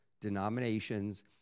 denominations